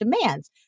demands